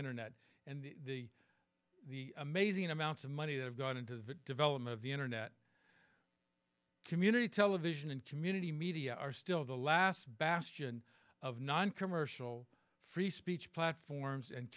internet and the the amazing amounts of money that have gone into the development of the internet community television and community media are still the last bastion of noncommercial free speech platforms and